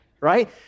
right